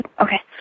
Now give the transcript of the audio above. Okay